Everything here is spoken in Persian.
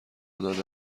داده